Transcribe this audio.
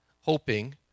hoping